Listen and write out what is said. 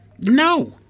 No